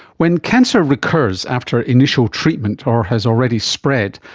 when cancer recurs after initial treatment or has already spread,